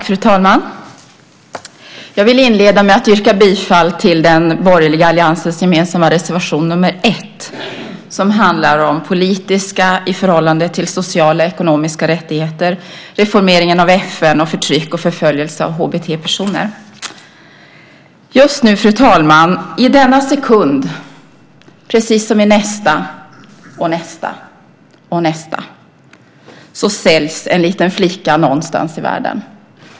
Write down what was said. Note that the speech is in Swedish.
Fru talman! Jag vill inleda med att yrka bifall till den borgerliga alliansens gemensamma reservation nr 1 som handlar om politiska rättigheter i förhållande till sociala och ekonomiska, reformeringen av FN och förtryck och förföljelse av HBT-personer. Just nu, fru talman, i denna sekund precis som i nästa och nästa säljs en liten flicka någonstans i världen.